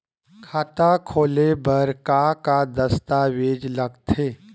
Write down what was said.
खाता खोले बर का का दस्तावेज लगथे?